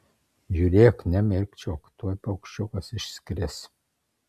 žiūrėk nemirkčiok tuoj paukščiukas išskris